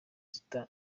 zita